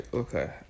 okay